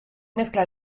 mezcla